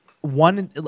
One